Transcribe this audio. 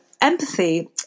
empathy